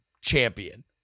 champion